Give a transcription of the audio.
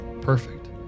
perfect